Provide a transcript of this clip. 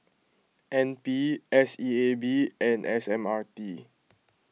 N P S E A B and S M R T